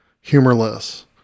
humorless